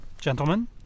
Gentlemen